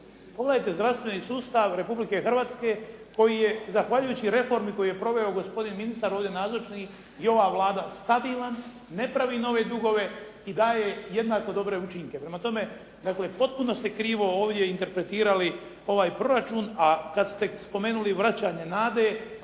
Pogledajte zdravstveni sustav Republike Hrvatske koji je zahvaljujući reformi koju je proveo gospodin ministar ovdje nazočni i ova Vlada stabilan, ne pravi nove dugove i daje jednako dobre učinke. Prema tome, dakle potpuno ste krivo ovdje interpretirali ovaj proračun, a kad ste spomenuli vraćanje nade,